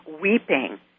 weeping